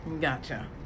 Gotcha